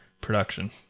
production